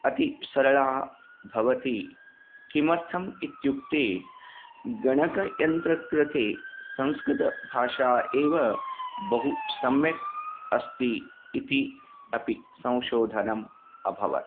अति सरला भवति किमर्थम् इत्युक्ते गणकयन्त्रकृते संस्कृतभाषा एव बहु सम्यक् अस्ति इति अपि संशोधनम् अभवत्